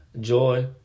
Joy